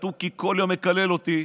התוכי כל יום מקלל אותי.